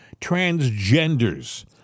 transgenders